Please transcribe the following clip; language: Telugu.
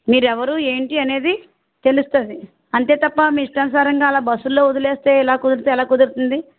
మీరు ఎవరు ఏంటీ అనేది తెలుస్తుంది అంతే తప్ప మీ ఇష్టానుసారంగా అలా బస్సుల్లో వదిలేస్తే ఎలా కుదిరితే అలా కుదురుతుంది